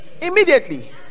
immediately